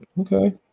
Okay